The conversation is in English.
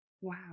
Wow